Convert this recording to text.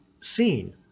seen